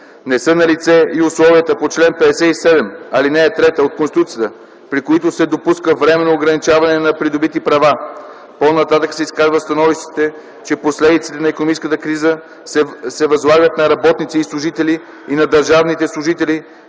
Не са налице и условията по чл. 57, ал. 3 от Конституцията, при които се допуска временно ограничаване на придобити права. По-нататък се изказва становище, че последиците на икономическата криза се възлагат на работниците и служителите и на държавните служители,